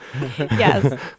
Yes